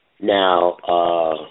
Now